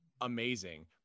amazing